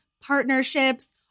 partnerships